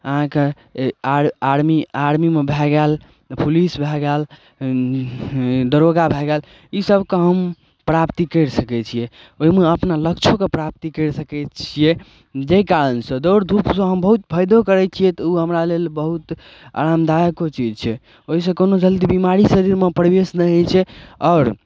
अहाँके आर आर्मी आर्मीमे भऽ गेल पुलिस भऽ गेल दरोगा भऽ गेल इसबके हम प्राप्ति करि सकै छियै ओहिमे अपना लक्ष्योके प्राप्ति करि सकै छियै जाहि कारण सऽ दौड़ धूप सऽ हम बहुत फायदो करै छियै तऽ ओ हमरा लेल बहुत आमदायको चीज छै ओहि सऽ कोनो जल्दी बीमारी शरीरमे प्रवेश नहि होइ छै आओर